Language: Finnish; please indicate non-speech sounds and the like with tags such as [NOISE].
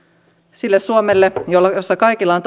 sille suomelle jossa kaikilla on [UNINTELLIGIBLE]